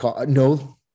No